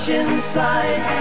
inside